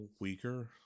weaker